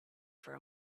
for